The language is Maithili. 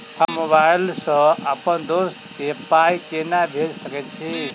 हम मोबाइल सअ अप्पन दोस्त केँ पाई केना भेजि सकैत छी?